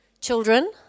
Children